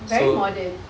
very modern